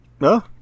No